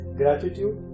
gratitude